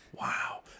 wow